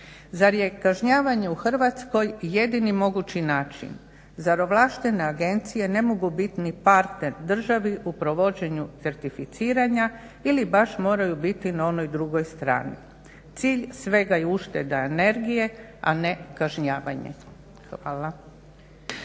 Zar je kažnjavanje u Hrvatskoj jedini mogući način, zar ovlaštene agencije ne mogu ni partner državi u provođenju certificiranja ili baš moraju biti na onoj drugoj strani. Cilj svega je ušteda energije, a ne kažnjavanje. Hvala.